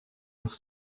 leurs